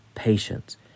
patience